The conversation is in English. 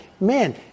man